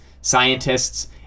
scientists